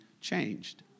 changed